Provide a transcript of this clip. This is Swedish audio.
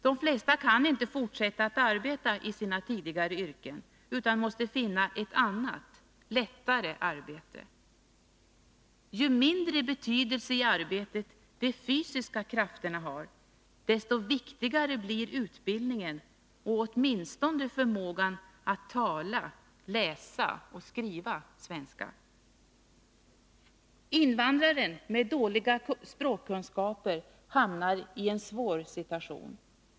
De flesta kan inte fortsätta att arbeta i sina tidigare yrken utan måste finna ett annat, lättare arbete. Ju mindre betydelse i arbetet de fysiska krafterna har, desto viktigare blir utbildningen — åtminstone vad gäller förmågan att tala, läsa och skriva svenska. Invandraren med dåliga språkkunskaper hamnar i en svår situation.